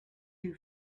you